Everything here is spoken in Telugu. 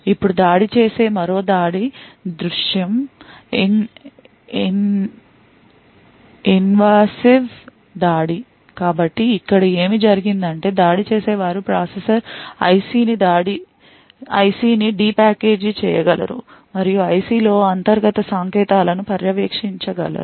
ఇప్పుడు దాడి చేసే మరో దాడి దృశ్యం ఇన్వాసివ్ దాడి కాబట్టి ఇక్కడ ఏమి జరిగిందంటే దాడి చేసేవారు ప్రాసెసర్ IC ని డి ప్యాకేజీ చేయగలరు మరియు IC లోని అంతర్గత సంకేతాలను పర్యవేక్షించగలరు